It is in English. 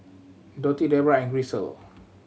Dotty Debra and Grisel